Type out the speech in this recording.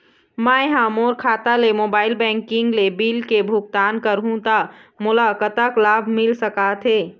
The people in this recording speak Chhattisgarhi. मैं हा मोर खाता ले मोबाइल बैंकिंग ले बिल के भुगतान करहूं ता मोला कतक लाभ मिल सका थे?